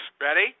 Ready